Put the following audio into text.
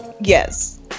yes